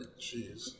jeez